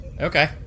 Okay